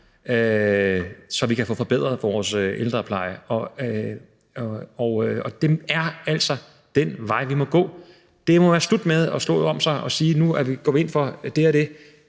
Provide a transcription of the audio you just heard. så vi kan få forbedret vores ældrepleje. Og det er altså den vej, vi må gå. Det må være slut med at slå om sig og sige, at nu går man ind for det og det,